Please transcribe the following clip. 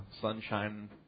sunshine